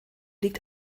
liegt